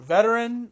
Veteran